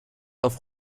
auf